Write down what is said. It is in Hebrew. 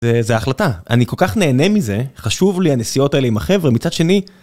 זה ההחלטה, אני כל כך נהנה מזה, חשוב לי הנסיעות האלה עם החבר'ה, מצד שני...